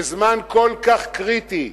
בזמן כל כך קריטי,